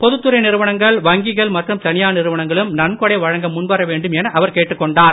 பொதுத்துறை நிறுவனங்கள் வங்கிகள் மற்றும் தனியார் நிறுவனங்களும் நன்கொடை வழங்க முன்வரவேண்டும் என அவர் கேட்டுக்கொண்டார்